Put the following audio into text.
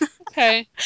Okay